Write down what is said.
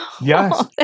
Yes